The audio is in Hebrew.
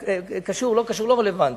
קשור, לא קשור, לא רלוונטי.